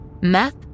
Meth